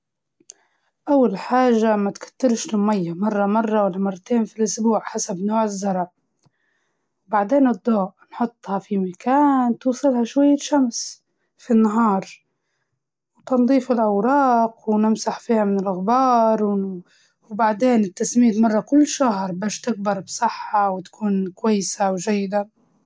أول شي نتأكد إن النباتات عندها اضاءة كويسة، وما تكون بعيدة عن الشمس، وبعدين نسقيها بكمية معتدلة، وما نبالغ في سقيها، لإن هذا الشي يسبب تعفن في الجذور، خلي التربة تكون رطبة بس، و ومش مبللة، ونظف الأوراج كل فترة علشان النبات يتنفس، وفي الشتاء قلل كمية المية.